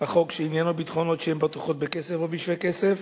החוק שעניינו ביטחונות שהם בטוחות בכסף או בשווה כסף,